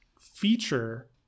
feature